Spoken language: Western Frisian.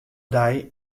dei